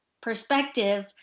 perspective